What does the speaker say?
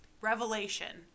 Revelation